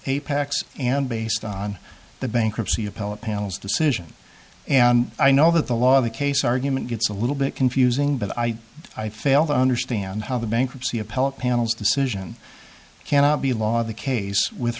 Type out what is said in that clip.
apex and based on the bankruptcy appellate panel's decision and i know that the law of the case argument gets a little bit confusing but i i fail to understand how the bankruptcy appellate panel's decision cannot be law the case with